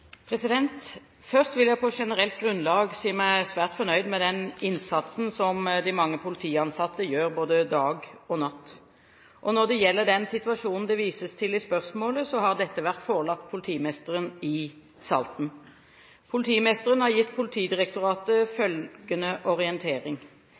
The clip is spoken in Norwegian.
Først vil jeg på generelt grunnlag si meg svært fornøyd med den innsatsen som de mange politiansatte gjør både dag og natt. Når det gjelder den situasjonen det vises til i spørsmålet, har dette vært forelagt politimesteren i